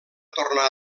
tornar